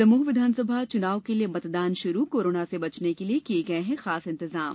दमोह विधानसभा चुनाव के लिये मतदान शुरू कोरोना से बचने के लिये किये गए हैं खास इंतजाम